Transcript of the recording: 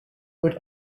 would